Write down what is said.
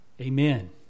Amen